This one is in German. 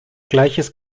gleiches